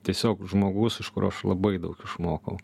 tiesiog žmogus iš kurio aš labai daug išmokau